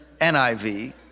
NIV